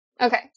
Okay